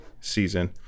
season